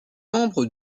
membre